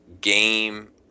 Game